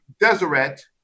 deseret